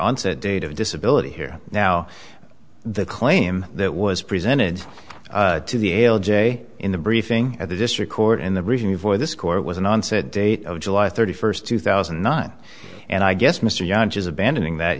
onset date of disability here now the claim that was presented to the l j in the briefing at the district court in the region for this court was an onset date of july thirty first two thousand and nine and i guess mr younge is abandoning that